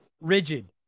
rigid